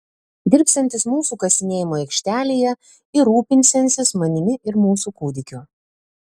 dirbsiantis mūsų kasinėjimų aikštelėje ir rūpinsiąsis manimi ir mūsų kūdikiu